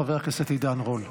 חבר הכנסת עידן רול.